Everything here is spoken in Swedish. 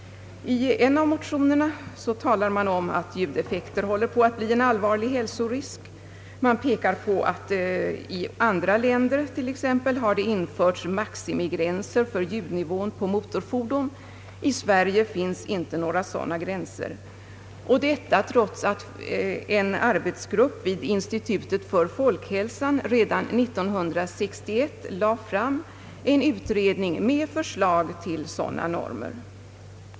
I en av motionerna talar man om att ljudeffekter håller på att bli en allmän hälsorisk. Man pekar på att i andra länder har det t.ex. införts maximigränser för ljudnivån på motorfordon. I Sverige finns inte några sådana gränser, trots att en arbetsgrupp vid statens institut för folkhälsan redan år 1961 lade fram en utredning med förslag till sådana normer.